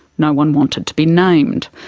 no one wanted to be named.